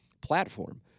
platform